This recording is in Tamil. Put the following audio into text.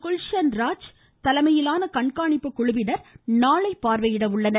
குல்ஷன் ராஜ் தலைமையிலான கண்காணிப்பு குழுவினர் நாளை பார்வையிட உள்ளனர்